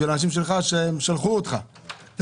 בשביל האנשים שלך ששלחו אותך לכנסת.